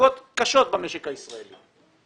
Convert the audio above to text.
שפוגעות קשות במשק הישראלי.